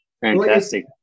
Fantastic